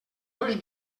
tots